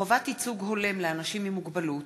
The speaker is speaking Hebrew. (חובת ייצוג הולם לאנשים עם מוגבלות),